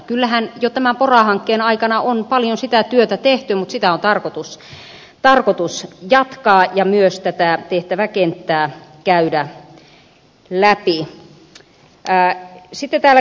kyllähän jo tämän pora hankkeen aikana on paljon sitä työtä tehty mutta sitä on tarkoitus jatkaa ja myös tätä tehtäväkenttää käydä läpi